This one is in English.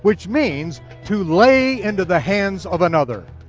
which means to lay into the hands of another.